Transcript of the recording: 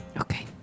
Okay